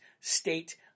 state